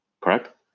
Correct